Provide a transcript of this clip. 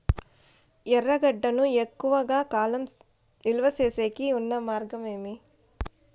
ఎర్రగడ్డ ను ఎక్కువగా కాలం నిలువ సేసేకి ఉన్న మార్గం ఏమి?